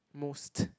most